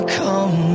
come